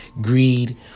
greed